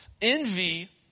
envy